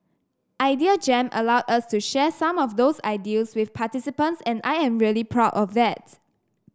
Idea Jam allowed us to share some of those ideals with participants and I am really proud of that